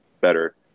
better